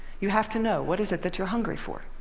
you have to know, what is it that you're hungry for?